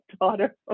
daughter